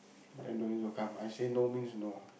then don't need to come I say no means no